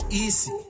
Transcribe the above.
easy